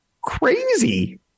crazy